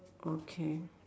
okay